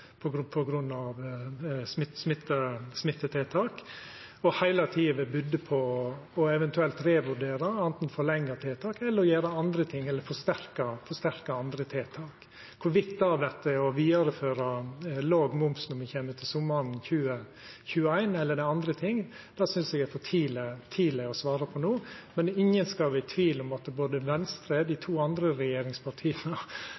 smittetiltak og heile tida må vera budde på ei eventuell revurdering – anten forlengja tiltaka eller forsterka andre tiltak. Om det vert å vidareføra låg moms når me kjem til sommaren 2021, eller om det er andre ting, synest eg er for tidleg å svara på no, men ingen skal vera i tvil om at både Venstre, dei